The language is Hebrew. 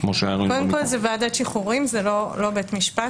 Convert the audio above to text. קודם כול, זו ועדת שחרורים, זה לא בית משפט.